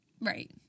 Right